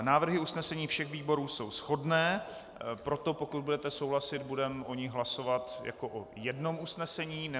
Návrhy usnesení všech výborů jsou shodné, proto pokud budete souhlasit, budeme o nich hlasovat jako o jednom usnesení.